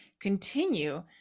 continue